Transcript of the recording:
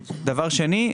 ודבר שני,